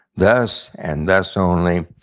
thus, and thus only,